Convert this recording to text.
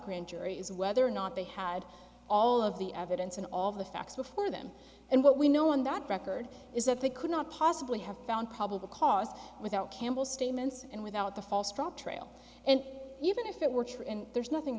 grand jury is whether or not they had all of the evidence and all the facts before them and what we know on that record is that they could not possibly have found probable cause without campbell statements and without the false drop trail and even if it works for and there's nothing